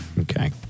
Okay